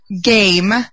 game